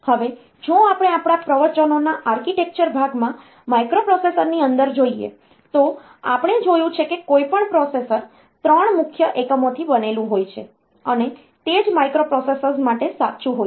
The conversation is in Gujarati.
હવે જો આપણે આપણા પ્રવચનોના આર્કિટેક્ચર ભાગમાં માઇક્રોપ્રોસેસરની અંદર જોઈએ તો આપણે જોયું છે કે કોઈપણ પ્રોસેસર 3 મુખ્ય એકમોથી બનેલું હોય છે અને તે જ માઇક્રોપ્રોસેસર્સ માટે સાચું હોય છે